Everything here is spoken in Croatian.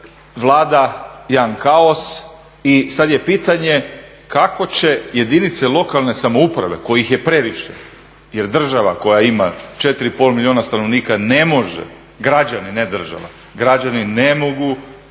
vlada jedan kaos i sad je pitanje kako će jedinice lokalne samouprave kojih je previše jer država koja ima 4,5 milijuna stanovnika ne može, građani ne država, građani ne mogu